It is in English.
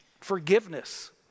forgiveness